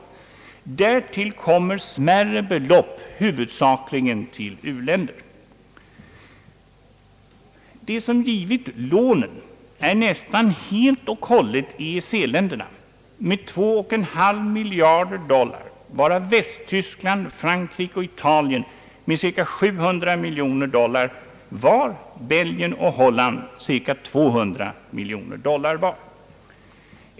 Därtill kommer smärre belopp, huvudsakligen till u-länderna. De som givit lånen är nästan helt och hållet EEC-länderna med 21/2 miljarder dollar, varav Västtyskland, Frankrike och Italien med cirka 700 miljoner dollar var, Belgien och Holland med cirka 200 miljoner dollar var.